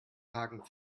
hagen